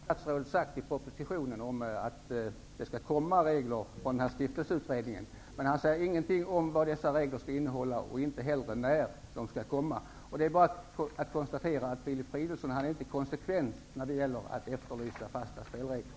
Herr talman! Jag har noterat vad statsrådet säger i propositionen om att regler skall komma från utredningen. Men han säger inte något om dessa reglers innehåll och inte heller om när de kommer. Det är bara att konstatera att Filip Fridolfsson inte är konsekvent när det gäller att efterlysa fasta spelregler.